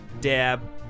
dab